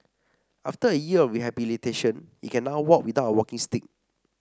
after a year of rehabilitation he can now walk without a walking stick